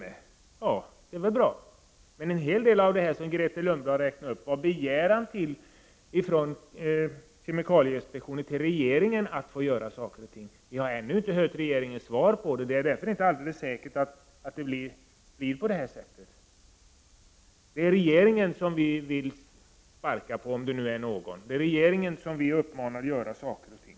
Ja, det är bra, men en hel del av detta gäller en begäran från kemikalieinspektionen till regeringen om att få göra saker och ting. Vi har ännu inte hört regeringens svar, och det är därför inte säkert att det blir någonting av. Det är regeringen som vi vill sparka på och som vi uppmanar att göra saker och ting.